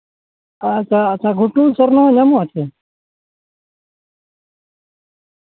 ᱟᱪᱪᱷᱟ ᱟᱨ ᱜᱷᱩᱴᱩ ᱥᱚᱨᱱᱚ ᱧᱟᱢᱚᱜᱼᱟ ᱪᱮ